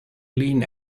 lean